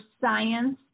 science